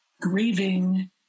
grieving